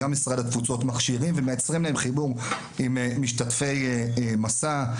גם משרד התפוצות מכשירים ומייצרים להם חיבור עם משתתפי מסע.